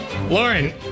Lauren